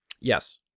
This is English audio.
Yes